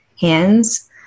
hands